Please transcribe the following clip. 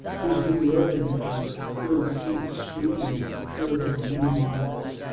here's a google earth image where you can clearly see the streaking that's occurred over many miles.